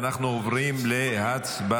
אנחנו עוברים להצבעה.